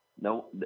No